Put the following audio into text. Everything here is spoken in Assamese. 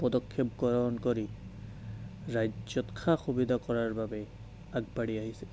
পদক্ষেপ গ্ৰহণ কৰি ৰাজ্যত সা সুবিধা কৰাৰ বাবে আগবাঢ়ি আহিছে